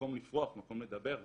מקום לפרוח, מקום לדבר.